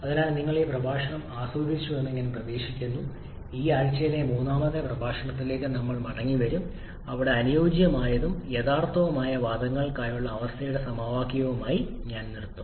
അതിനാൽ നിങ്ങൾ ഈ പ്രഭാഷണം ആസ്വദിച്ചുവെന്ന് ഞാൻ പ്രതീക്ഷിക്കുന്നു ഈ ആഴ്ചയിലെ മൂന്നാമത്തെ പ്രഭാഷണത്തിലേക്ക് നമ്മൾ മടങ്ങിവരും അവിടെ അനുയോജ്യമായതും യഥാർത്ഥവുമായ വാതകങ്ങൾക്കായുള്ള അവസ്ഥയുടെ സമവാക്യവുമായി ഞാൻ നിർത്തും